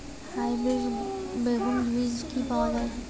Hybrid বেগুন বীজ কি পাওয়া য়ায়?